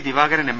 Divakaran M